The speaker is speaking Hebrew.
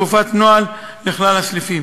והופץ נוהל לכלל הסניפים.